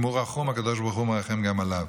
אם הוא רחום, הקדוש ברוך הוא מרחם גם עליו.